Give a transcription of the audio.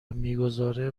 میگذاره